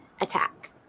attack